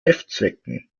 heftzwecken